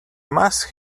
must